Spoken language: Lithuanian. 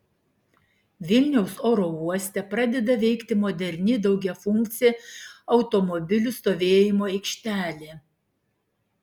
vilniaus oro uoste pradeda veikti moderni daugiafunkcė automobilių stovėjimo aikštelė